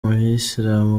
umuyisilamu